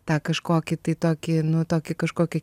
tą kažkokį tai tokį nu tokį kažkokį